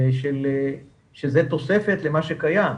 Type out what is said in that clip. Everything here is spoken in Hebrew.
שזה תוספת למה שקיים.